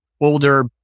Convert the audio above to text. older